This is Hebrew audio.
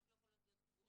רק לא יכולות להיות קבועות.